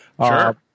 Sure